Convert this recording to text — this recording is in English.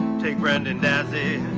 take brendan dassey.